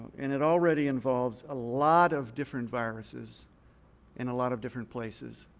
and it already involves a lot of different viruses in a lot of different places.